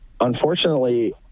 unfortunately